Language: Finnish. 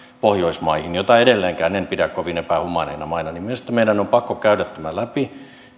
pohjoismaihin joita edelleenkään en en pidä kovin epähumaaneina maina niin minusta meidän on on pakko käydä tämä läpi